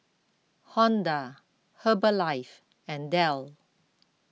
Honda Herbalife and Dell